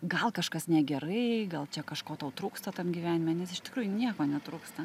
gal kažkas negerai gal čia kažko tau trūksta tam gyvenime nes iš tikrųjų nieko netrūksta